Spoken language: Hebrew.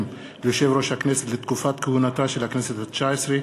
ליושב-ראש הכנסת לתקופת כהונתה של הכנסת התשע-עשרה),